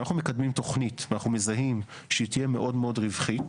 כשאנחנו מקדמים תוכנית ואנחנו מזהים שהיא תהיה מאוד מאוד רווחית,